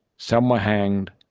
some were hanged.